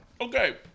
Okay